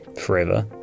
forever